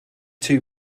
two